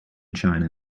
china